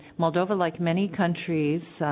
moldova like many countries